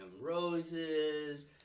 roses